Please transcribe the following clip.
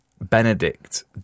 benedict